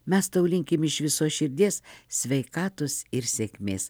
mes tau linkim iš visos širdies sveikatos ir sėkmės